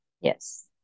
Yes